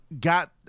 got